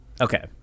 Okay